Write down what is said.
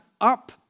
up